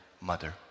mother